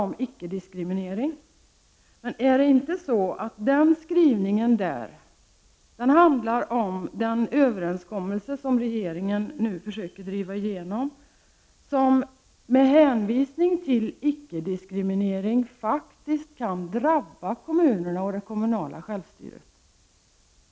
Men är det inte så att den skrivningen handlar om den överenskommelse som regeringen nu försöker driva igenom, en överenskommelse som med hänvisning till icke-diskriminering faktiskt kan drabba kommunerna och den kommunala självstyrelsen?